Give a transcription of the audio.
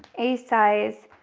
a size,